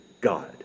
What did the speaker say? God